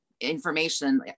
information